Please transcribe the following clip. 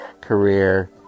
career